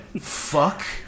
fuck